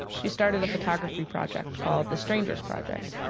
she started a photography project called the strangers project,